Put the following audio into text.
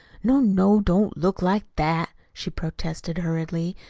no, no, don't look like that, she protested hurriedly,